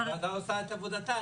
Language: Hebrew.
הוועדה עושה עבודתה,